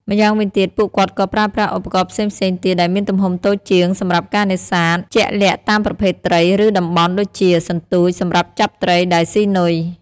ម្យ៉ាងវិញទៀត ពួកគាត់ក៏ប្រើប្រាស់ឧបករណ៍ផ្សេងៗទៀតដែលមានទំហំតូចជាងសម្រាប់ការនេសាទជាក់លាក់តាមប្រភេទត្រី ឬតំបន់ ដូចជា សន្ទូច សម្រាប់ចាប់ត្រីដែលស៊ីនុយ។